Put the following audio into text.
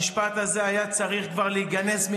אינו